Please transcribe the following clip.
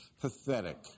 Pathetic